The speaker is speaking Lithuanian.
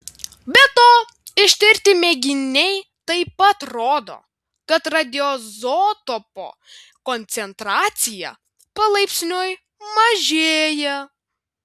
be to ištirti mėginiai taip pat rodo kad radioizotopo koncentracija palaipsniui mažėja